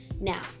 Now